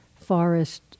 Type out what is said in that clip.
forest